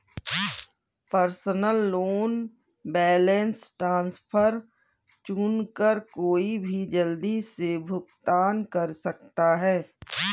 personal loan balance transfer चुनकर कोई भी जल्दी से भुगतान कर सकता है